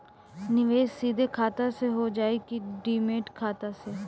निवेश सीधे खाता से होजाई कि डिमेट खाता से?